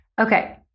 Okay